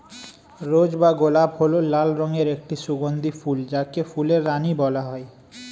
রোজ বা গোলাপ হল লাল রঙের একটি সুগন্ধি ফুল যাকে ফুলের রানী বলা হয়